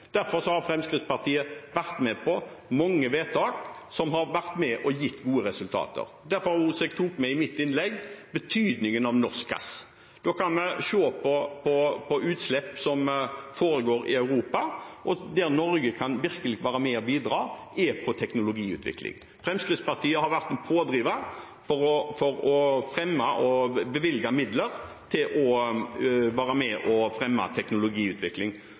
Derfor har Fremskrittspartiet vært med på mange vedtak som har gitt gode resultater. Derfor tok jeg også med i mitt innlegg betydningen av norsk gass. Vi kan se på utslipp som skjer i Europa. Der Norge virkelig kan være med og bidra, er innen teknologiutvikling. Fremskrittspartiet har vært en pådriver for å fremme og bevilge midler til